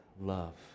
love